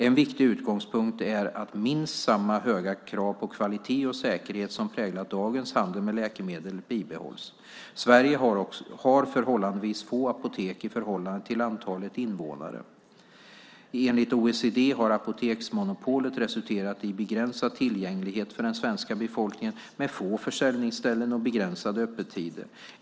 En viktig utgångspunkt är att minst samma höga krav på kvalitet och säkerhet som präglar dagens handel med läkemedel bibehålls. Sverige har förhållandevis få apotek i förhållande till antalet invånare. Enligt OECD har apoteksmonopolet resulterat i begränsad tillgänglighet för den svenska befolkningen, med få försäljningsställen och begränsade öppettider.